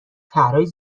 طرحهای